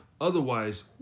Otherwise